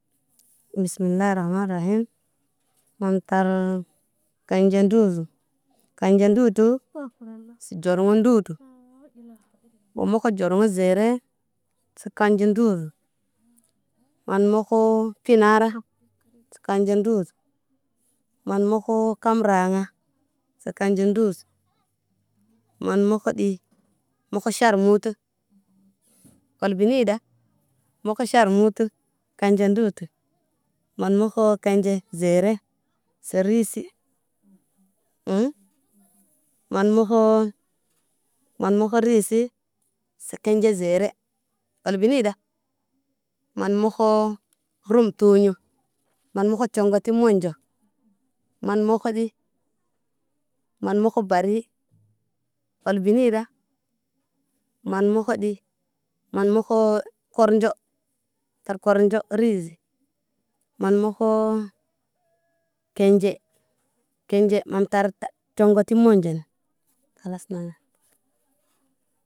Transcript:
Bismilah arahmaan rehi, moo tar kanɟe nduzu. Kanɟe ndutu, se ɟor nə ndutu. Mu mukh ɟor ne zere, se kanɟe nduzu. Maan mokho pinara, kanɟe nduzu. Maan nɔkoo kam raŋga, se kanɟe nduzu. Maan nokho ɗi, noko ʃarmutu. Al bineyda, moka ʃarmuutu, kanɟe nduutu. Maan nɔko kanɟe zere, se risi, aaŋg maan nɔko, maan nɔko risi, se kinɟe zere. Al bineyda, maan nɔko rum tuɲu, maan nɔko coŋgorti moonɟo. Maan nɔko ɗi, maan nɔko barɲi. Al bineyda, maan nɔko ɗi, maan nɔkoo kornɟo tar kornɟo rizi. Maan nɔko, kenɟe, kenɟe mam tar taɗ coŋgo ti moonɟo, khalas nana.